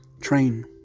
Train